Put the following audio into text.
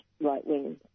right-wing